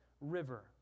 river